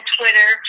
Twitter